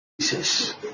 Jesus